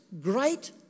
great